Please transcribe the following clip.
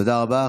תודה רבה.